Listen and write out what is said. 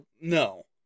No